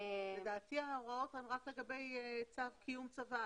לדעתי ההוראות הן רק לגבי צו קיום צוואה.